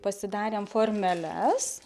pasidarėm formeles